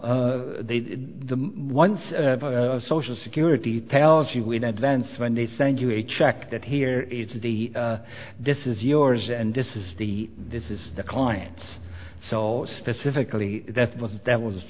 the once a social security tells you in advance when they send you a check that here is the this is yours and this is the this is the clients so specifically that was that was